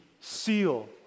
seal